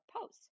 posts